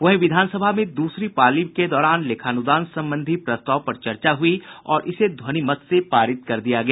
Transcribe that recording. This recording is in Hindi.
वहीं विधानसभा में दूसरी पाली के दौरान लेखानुदान संबंधी प्रस्ताव पर चर्चा हुई और इसे ध्वनिमत से पारित कर दिया गया